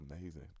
Amazing